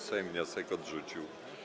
Sejm wniosek odrzucił.